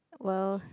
well